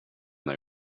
they